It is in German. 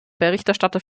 berichterstatter